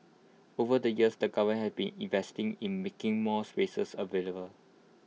over the years the government has been investing in making more spaces available